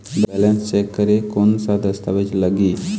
Balance check करें कोन सा दस्तावेज लगी?